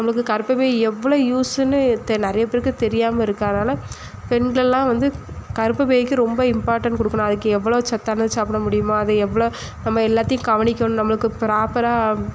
நமக்கு கர்பப்பை எவ்வளளோ யூஸ்ஸுன்னு தெர் நிறைய பேருக்கு தெரியாமல் இருக்கு அதனால் பெண்கள் எல்லாம் வந்து கர்பப்பைக்கு ரொம்ப இம்பார்டன்ட் கொடுக்கணும் அதுக்கு எவ்வளளோ சத்தான சாப்பிட முடியுமா அது எவ்வளளோ நம்ம எல்லாத்தையும் கவனிக்கணும் நம்மளுக்கு ப்ராப்பராக